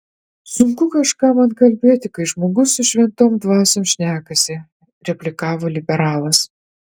sunku kažką man kalbėti kai žmogus su šventom dvasiom šnekasi replikavo liberalas